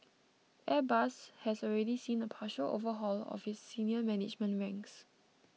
airbus has already seen a partial overhaul of its senior management ranks